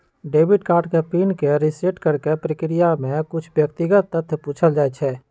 debit card के PIN के reset करेके प्रक्रिया में कुछ व्यक्तिगत तथ्य पूछल जाइ छइ